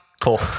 Cool